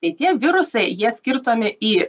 tai tie virusai jie skirstomi į